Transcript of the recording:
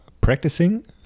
practicing